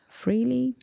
freely